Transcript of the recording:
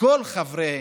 כל חברי